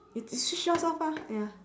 it it switch off ah ya